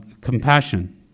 compassion